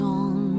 on